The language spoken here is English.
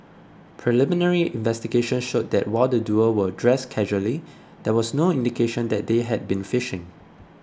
preliminary investigations showed that while the duo were dressed casually there was no indication that they had been fishing